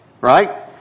Right